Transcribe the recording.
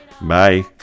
Bye